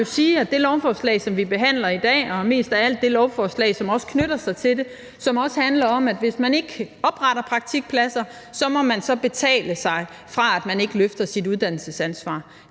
det lovforslag, som vi behandler i dag, og mest af alt det forslag, som også knytter sig til det, som også handler om, at hvis man ikke opretter praktikpladser, må man betale sig fra, at man ikke løfter sit uddannelsesansvar.